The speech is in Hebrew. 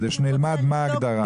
כדי שנלמד מה ההגדרה.